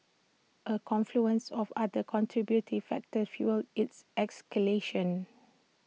A confluence of other contributory factors fuelled its escalation